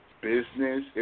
business